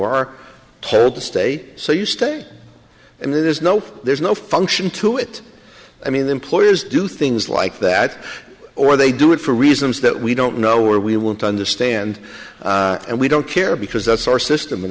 are told to stay so you stay and there's no there's no function to it i mean employers do things like that or they do it for reasons that we don't know where we want to understand and we don't care because that's our system and